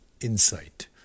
Insight